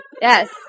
yes